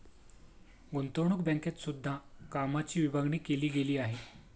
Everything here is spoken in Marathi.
गुतंवणूक बँकेत सुद्धा कामाची विभागणी केली गेली आहे